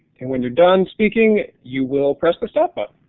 and when you're done speaking, you will press the stop but